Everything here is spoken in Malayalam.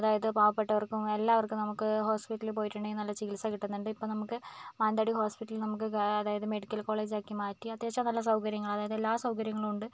അതായത് പാവപ്പെട്ടവർക്കും എല്ലാവർക്കും നമുക്ക് ഹോസ്പിറ്റലിൽ പോയിട്ടുണ്ടെങ്കിൽ നല്ല ചികിത്സ കിട്ടുന്നുണ്ട് ഇപ്പം നമുക്ക് മാനന്തവാടി ഹോസ്പിറ്റലിൽ നമുക്ക് ഏ അതായത് മെഡിക്കൽ കോളേജാക്കി മാറ്റി അത്യാവശ്യം നല്ല സൗകര്യങ്ങൾ അതായത് എല്ലാ സൗകര്യങ്ങളുമുണ്ട്